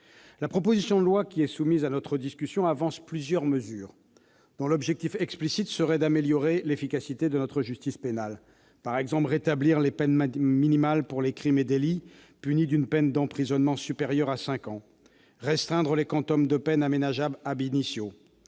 La proposition de loi qui est soumise à notre discussion contient plusieurs mesures, dont l'objectif explicite serait d'améliorer l'efficacité de notre justice pénale. Le texte prévoit ainsi de rétablir des peines minimales pour les crimes et les délits punis d'une peine d'emprisonnement supérieure à cinq ans ; de restreindre le quantum des peines aménageables ; de